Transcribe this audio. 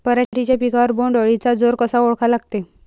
पराटीच्या पिकावर बोण्ड अळीचा जोर कसा ओळखा लागते?